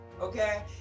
okay